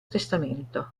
testamento